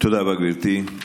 תודה רבה, גברתי.